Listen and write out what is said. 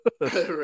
Right